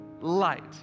light